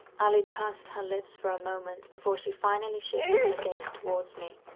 allie pursed her lips for a moment before she finally shifted her gaze towards me.